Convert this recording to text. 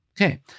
Okay